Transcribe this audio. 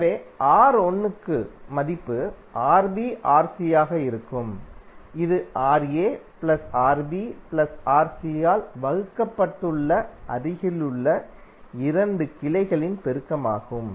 எனவே R1 க்கு மதிப்பு Rb Rc ஆக இருக்கும் இது Ra Rb Rc ஆல் வகுக்கப்பட்டுள்ள அருகிலுள்ள 2 கிளைகளின் பெருக்கமாகும்